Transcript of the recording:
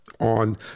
on